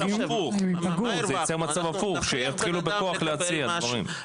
זה יצור מצב הפוך, שיתחילו בכוח להציע דברים.